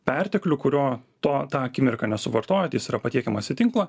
perteklių kurio to tą akimirką nesuvartojat jis yra patiekiamas į tinklą